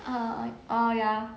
uh oh ya